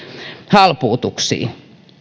halpuutukset